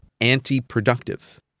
anti-productive